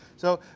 so,